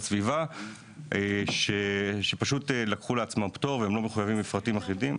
הסביבה פשוט לקחו לעצמם פטור והם לא מחויבים במפרטים אחידים.